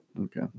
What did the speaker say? Okay